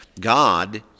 God